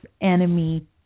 enemy